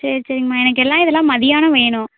சரி சரிங்கம்மா எனக்கு எல்லாம் இதெல்லாம் மதியானம் வேணும்